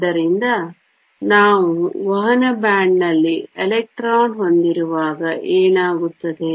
ಆದ್ದರಿಂದ ನಾವು ವಹನ ಬ್ಯಾಂಡ್ನಲ್ಲಿ ಎಲೆಕ್ಟ್ರಾನ್ ಹೊಂದಿರುವಾಗ ಏನಾಗುತ್ತದೆ